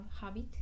habit